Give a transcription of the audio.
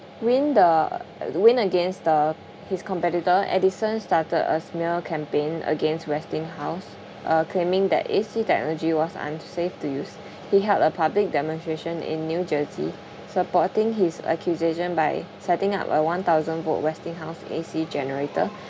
win the win against the his competitor edison started a smear campaign against westinghouse uh claiming that A_C technology was safe to use he held a public demonstration in new jersey supporting his accusation by setting up a one thousand bolt westinghouse A_C generator